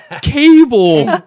cable